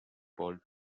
called